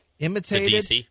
imitated